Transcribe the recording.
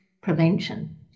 prevention